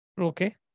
okay